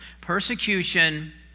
persecution